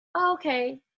okay